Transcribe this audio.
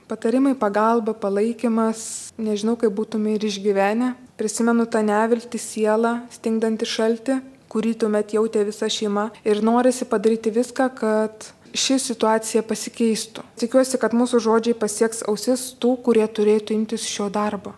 patarimai pagalba palaikymas nežinau kaip būtumėme ir išgyvenę prisimenu tą neviltį sielą stingdantį šaltį kurį tuomet jautė visa šeima ir norisi padaryti viską kad ši situacija pasikeistų tikiuosi kad mūsų žodžiai pasieks ausis tų kurie turėtų imtis šio darbo